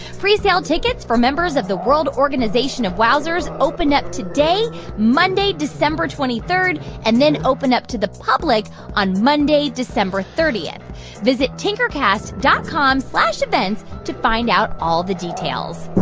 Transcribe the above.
presale tickets for members of the world organization of wowzers open up today, monday, december twenty three, and then open up to the public on monday, december thirty. and visit tinkercast dot com slash events to find out all the details.